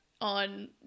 on